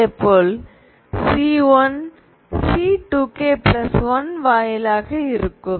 இதேபோல் C1 C2k1 வாயிலாக இருக்கும்